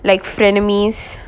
like friendnermies